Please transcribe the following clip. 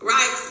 Right